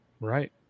Right